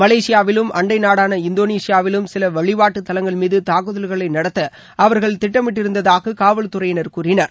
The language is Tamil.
மலேசியாவிலும் அண்டை நாடான இந்தோனேஷியாவிலும் சில வழிபாட்டு தலங்கள் மீது தாக்குதல்களை நடத்த அவர்கள் திட்டமிட்டிருந்ததாக காவல்துறையினர் கூறினார்